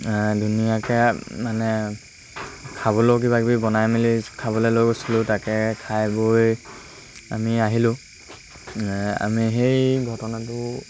ধুনীয়াকৈ মানে খাবলৈয়ো কিবাকিবি বনাই মেলি খাবলৈ লৈ গৈছিলোঁ তাকে খাই বৈ আমি আহিলোঁ আমি সেই ঘটনাটো